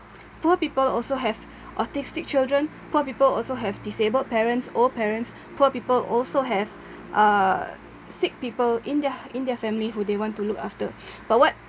poor people also have autistic children poor people also have disabled parents old parents poor people also have uh sick people in their in their family who they want to look after but what